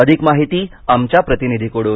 अधिक माहिती आमच्या प्रतिनिधीकडून